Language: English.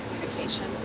communication